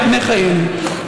מפני חיינו,